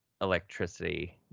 electricity